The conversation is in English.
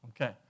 Okay